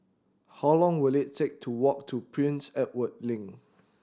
how long will it take to walk to Prince Edward Link